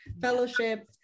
fellowship